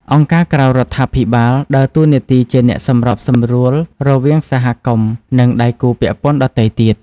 អង្គការក្រៅរដ្ឋាភិបាល ដើរតួនាទីជាអ្នកសម្របសម្រួលរវាងសហគមន៍និងដៃគូពាក់ព័ន្ធដទៃទៀត។